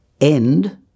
End